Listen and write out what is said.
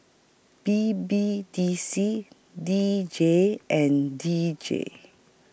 B B D C D J and D J